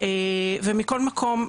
ומכל מקום,